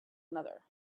another